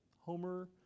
Homer